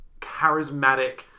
charismatic